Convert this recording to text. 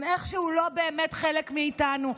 הם איכשהו לא באמת חלק מאיתנו.